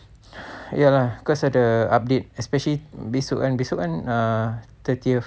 ya lah cause at the update especially besok besok kan ah thirtieth